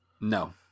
No